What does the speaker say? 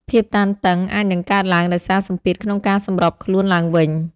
ភាពតានតឹង អាចនឹងកើតឡើងដោយសារសម្ពាធក្នុងការសម្របខ្លួនឡើងវិញ។